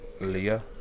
Leah